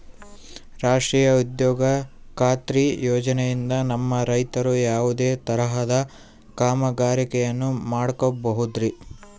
ರಾಷ್ಟ್ರೇಯ ಉದ್ಯೋಗ ಖಾತ್ರಿ ಯೋಜನೆಯಿಂದ ನಮ್ಮ ರೈತರು ಯಾವುದೇ ತರಹದ ಕಾಮಗಾರಿಯನ್ನು ಮಾಡ್ಕೋಬಹುದ್ರಿ?